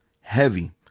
heavy